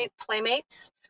playmates